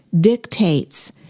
dictates